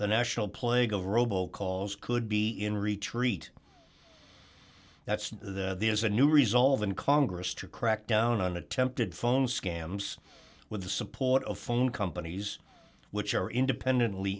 the national plague of robo calls could be in retreat that's the there's a new resolve in congress to crack down on attempted phone scams with the support of phone companies which are independently